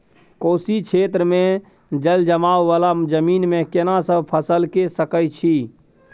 कोशी क्षेत्र मे जलजमाव वाला जमीन मे केना सब फसल के सकय छी?